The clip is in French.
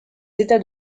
états